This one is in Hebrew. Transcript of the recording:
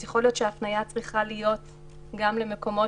יכול להיות שההפנייה צריכה להיות גם למקומות